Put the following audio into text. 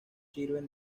sirven